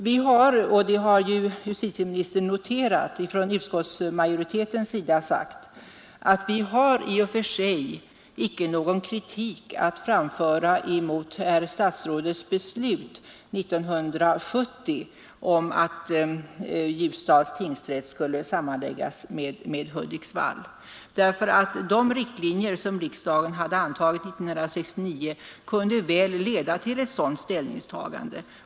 Vi har från utskottsmajoritetens sida sagt att — det har ju justitieministern noterat — vi i och för sig icke har någon kritik att framföra mot herr statsrådets beslut 1970 om att Ljusdals tingsrätt skulle sammanläggas med Hudiksvalls. De riktlinjer som riksdagen hade antagit 1969 kunde nämligen väl leda till ett sådant ställningstagande.